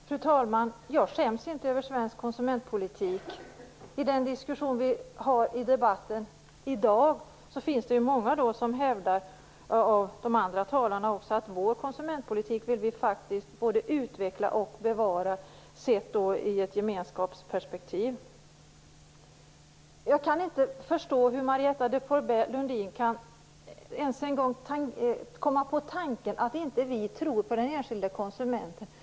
Fru talman! Jag skäms inte över svensk konsumentpolitik. I debatten i dag är vi många som hävdar att vi faktiskt vill utveckla och bevara vår konsumentpolitik sett från ett gemenskapsperspektiv. Jag kan inte förstå hur Marietta de Pourbaix Lundin ens kan komma på tanken att vi inte tror på den enskilda konsumenten.